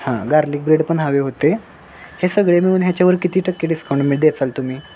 हां garlic bread पण हवे होते हे सगळे मिळून ह्याच्यावर किती टक्के डिस्काउंट मिळ देचाल तुम्ही